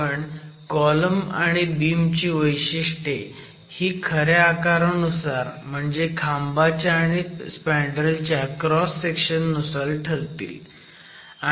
पण कॉलम आणि बीम ची वैशिष्ट्ये ही खऱ्या आकारांनुसार म्हणजे खांबाच्या आणि स्पँडरेल च्या क्रॉस सेक्शन नुसार ठरतील